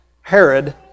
Herod